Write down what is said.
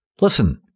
Listen